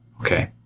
Okay